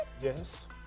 yes